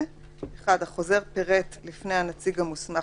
(1)החוזר פירט לפני הנציג המוסמך,